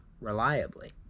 reliably